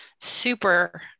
super